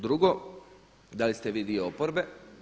Drugo da li ste vi dio oporbe?